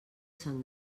sant